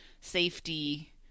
safety